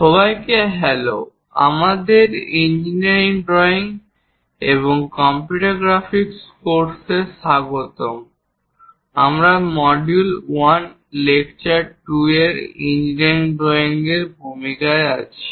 সবাইকে হ্যালো আমাদের engineering drawing এবং কম্পিউটার গ্রাফিক্স কোর্সে স্বাগতম আমরা মডিউল 1 এবং লেকচার 2 এর ইঞ্জিনিয়ারিং ড্রয়িং এর ভূমিকায় আছি